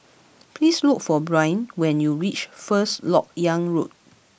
please look for Brynn when you reach First Lok Yang Road